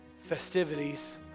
festivities